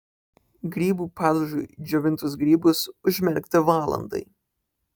grybų padažui džiovintus grybus užmerkti valandai